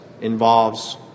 involves